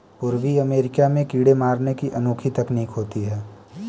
पूर्वी अमेरिका में कीड़े मारने की अनोखी तकनीक होती है